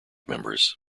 members